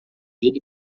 ele